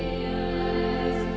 and